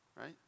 right